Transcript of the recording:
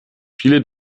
viele